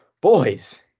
boys